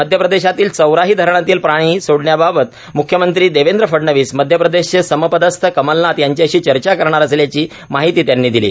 मध्य प्रदेषमधील चौराही धरणातील पाणी सोडण्यासंदर्भात मुख्यमंत्री देवेंद्र फडणवीस मध्य प्रदेषचे समपदस्थ कमलनाथ यांच्याषी चर्चा करणार असल्याची माहिती त्यांनी दिली